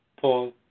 Paul